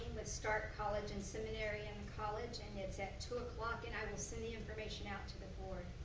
stark college and seminary and college. and it's at two o'clock. and i will send the information out to the board.